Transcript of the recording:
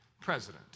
President